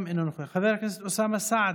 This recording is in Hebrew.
גם אינו נוכח, חבר הכנסת אוסאמה סעדי,